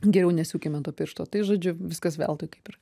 geriau nesiūkime to piršto tai žodžiu viskas veltui kaip ir